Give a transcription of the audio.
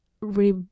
Re